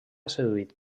seduït